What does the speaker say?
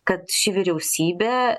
kad ši vyriausybė